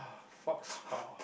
fox hall